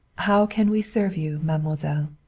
how can we serve you, mademoiselle?